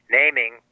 naming